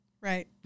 Right